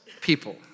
people